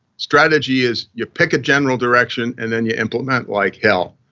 strategy is you pick a general direction and then you implement like hell.